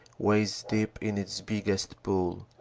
waist deep in its biggest pool.